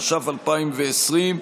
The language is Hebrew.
התש"ף 2020,